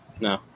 No